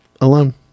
alone